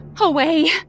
away